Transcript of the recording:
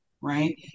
right